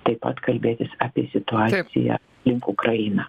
taip pat kalbėsis apie situaciją aplink ukrainą